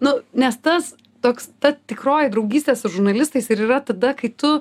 nu nes tas toks ta tikroji draugystė su žurnalistais ir yra tada kai tu